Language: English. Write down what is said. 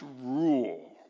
rule